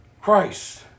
Christ